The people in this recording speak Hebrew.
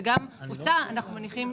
וגם אותה, אנחנו מניחים,